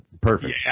perfect